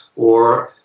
or.